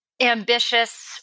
ambitious